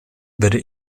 werde